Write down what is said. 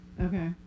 Okay